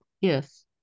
Yes